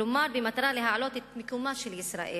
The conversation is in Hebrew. כלומר במטרה להעלות את מיקומה של ישראל